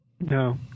No